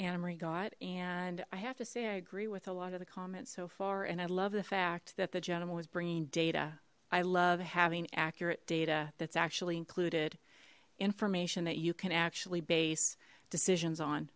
annamarie got and i have to say i agree with a lot of the comments so far and i love the fact that the gentleman was bringing data i loved having accurate data that's actually included information that you can actually base decisions on